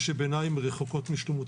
ושבעיניי הן רחוקות משלמות.